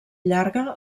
llarga